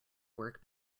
work